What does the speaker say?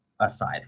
aside